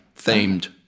themed